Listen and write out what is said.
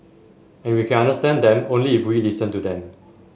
and we can understand them only if we listen to them